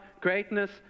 greatness